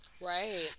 Right